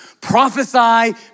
Prophesy